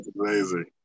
amazing